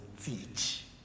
teach